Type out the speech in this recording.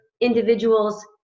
individuals